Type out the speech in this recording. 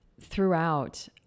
throughout